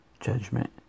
judgment